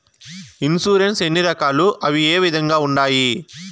insurance ఎన్ని రకాలు అవి ఏ విధంగా ఉండాయి